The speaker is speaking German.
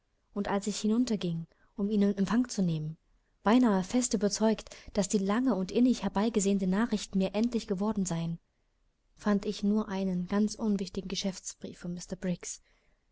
und als ich hinunterging um ihn in empfang zu nehmen beinahe fest überzeugt daß die lange und innig herbeigesehnten nachrichten mir endlich geworden seien fand ich nur einen ganz unwichtigen geschäftsbrief von mr